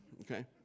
Okay